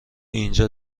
اینجا